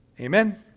Amen